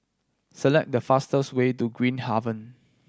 select the fastest way to Green Haven